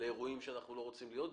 לאירועים שאנחנו לא רוצים להיות בהם,